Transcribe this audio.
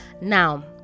now